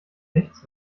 nichts